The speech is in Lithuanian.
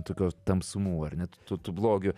tokio tamsumų ar ne tų tų blogių